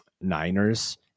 Niners